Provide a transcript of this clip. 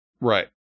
Right